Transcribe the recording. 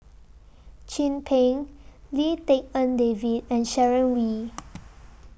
Chin Peng Lim Tik En David and Sharon Wee